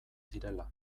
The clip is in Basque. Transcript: zirela